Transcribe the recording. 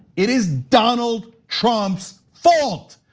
it is donald trump's fault.